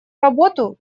работу